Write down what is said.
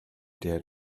der